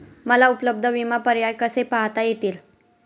मला उपलब्ध विमा पर्याय कसे पाहता येतील?